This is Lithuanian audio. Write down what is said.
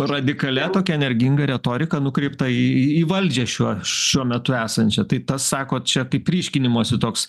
radikalia tokia energinga retorika nukreipta į į valdžią šiuo šiuo metu esančią tai tas sakot čia kaip ryškinimosi toks